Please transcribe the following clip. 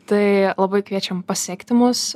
tai labai kviečiam pasekti mus